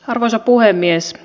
arvoisa puhemies